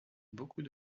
beaucoup